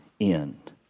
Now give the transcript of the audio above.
end